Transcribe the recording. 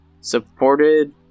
supported